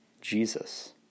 Jesus